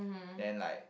then like